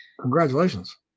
Congratulations